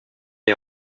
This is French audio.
est